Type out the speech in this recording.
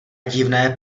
divné